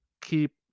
keep